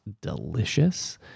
delicious